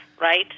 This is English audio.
right